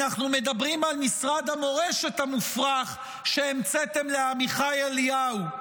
אנחנו מדברים על משרד המורשת המופרך שהמצאתם לעמיחי אליהו,